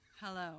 hello